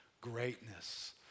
greatness